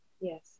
yes